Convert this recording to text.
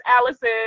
Allison